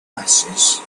masses